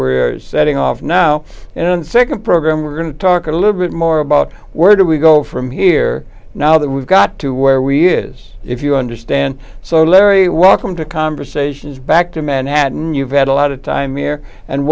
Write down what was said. are setting off now and then nd program we're going to talk a little bit more about where do we go from here now that we've got to where we is if you understand so larry welcome to conversations back to manhattan you've had a lot of time here and